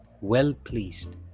well-pleased